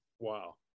Wow